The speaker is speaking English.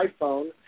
iPhone